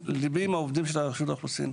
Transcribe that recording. וגם עובדים של מינהל האוכלוסין.